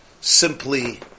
Simply